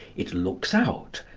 it looks out,